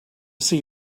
see